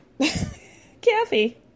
Kathy